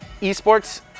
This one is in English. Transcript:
eSports